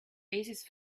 oasis